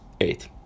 eight